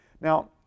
Now